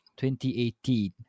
2018